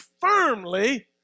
firmly